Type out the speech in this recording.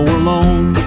alone